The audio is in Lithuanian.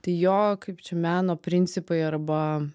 tai jo kaip čia meno principai arba